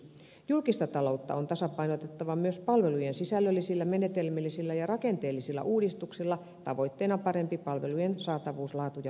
julkista taloutta on tasapainotettava myös palvelujen sisällöllisillä menetelmillä ja rakenteellisilla uudistuksilla tavoitteena parempi palvelujen saatavuus laatu ja vaikuttavuus